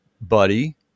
buddy